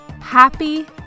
Happy